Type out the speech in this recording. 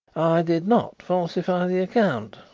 did not falsify the account,